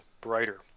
brighter